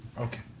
okay